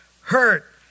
hurt